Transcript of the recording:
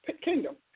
kingdom